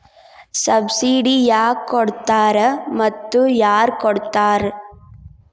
Subsidy ಯಾಕೆ ಕೊಡ್ತಾರ ಮತ್ತು ಯಾರ್ ಕೊಡ್ತಾರ್?